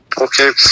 Okay